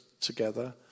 together